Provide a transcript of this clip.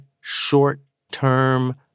short-term